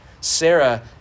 Sarah